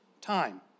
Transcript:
time